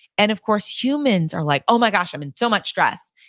and of course, humans are like, oh, my gosh, i'm in so much stress.